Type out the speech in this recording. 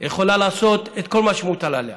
היא יכולה לעשות את כל מה שמוטל עליה,